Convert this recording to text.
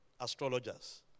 astrologers